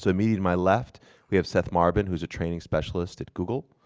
to i mean my left we have seth marbin who is a training specialist at google.